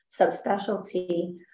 subspecialty